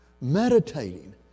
meditating